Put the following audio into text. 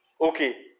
Okay